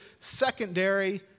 secondary